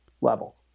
level